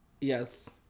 yes